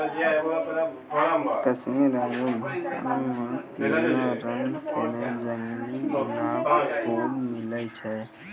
कश्मीर आरु भूटान म पीला रंग केरो जंगली गुलाब खूब मिलै छै